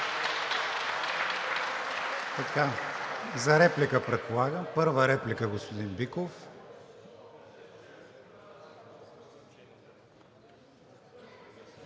За реплика, предполагам? Първа реплика, господин Биков.